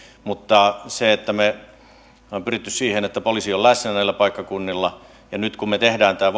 mutta me olemme pyrkineet siihen että poliisi on läsnä näillä paikkakunnilla nyt me teemme tämän